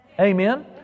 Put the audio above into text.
Amen